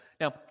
Now